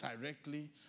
directly